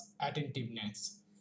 Attentiveness